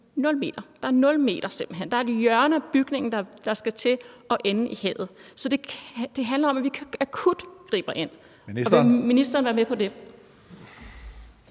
kun 0 m. Der er simpelt hen 0 m. Der er et hjørne af bygningen, der er ved at ende i havet. Så det handler om, at vi akut griber ind. Vil ministeren være med på det?